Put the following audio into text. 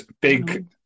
big